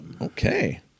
Okay